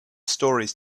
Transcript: stories